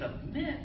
submit